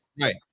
Right